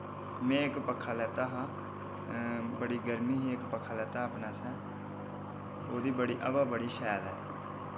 में इक पक्खा लैता हा बड़ी गर्मी ही इक पक्खा लैता हा अपने आस्तै ओह्दी बड़ी हवा बड़ी शैल ऐ